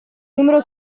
numero